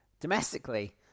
Domestically